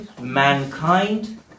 Mankind